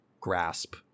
grasp